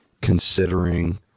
considering